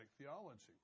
theology